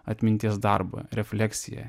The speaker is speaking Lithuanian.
atminties darbą refleksiją